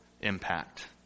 impact